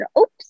oops